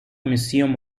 museum